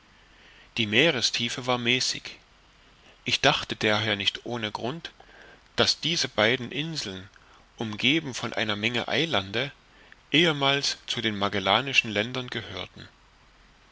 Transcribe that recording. die meerestiefe war mäßig ich dachte daher nicht ohne grund daß diese beiden inseln umgeben von einer menge eilande ehemals zu den magelhaenischen ländern gehörten